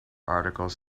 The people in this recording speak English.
articles